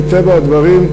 מטבע הדברים,